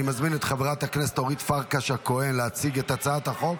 אני מזמין את חברת הכנסת אורית פרקש הכהן להציג את הצעת החוק.